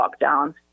lockdown